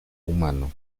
humano